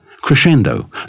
crescendo